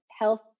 health